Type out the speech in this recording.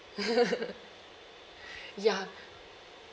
ya